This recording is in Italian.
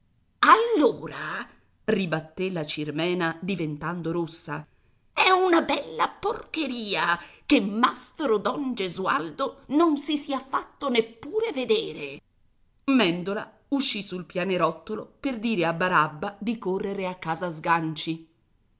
allora ribatté la cirmena diventando rossa è una bella porcheria che mastro don gesualdo non si sia fatto neppur vedere mèndola uscì sul pianerottolo per dire a barabba di correre a casa sganci